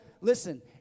listen